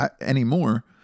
anymore